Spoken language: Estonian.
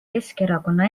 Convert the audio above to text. keskerakonna